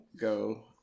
go